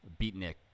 beatnik